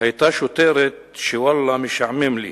היתה שוטרת, שוואללה, משעמם לי.